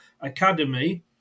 Academy